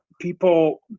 people